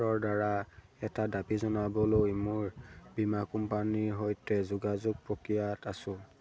ৰ দ্বাৰা এটা দাবী জনাবলৈ মোৰ বীমা কোম্পানীৰ সৈতে যোগাযোগ প্ৰক্ৰিয়াত আছো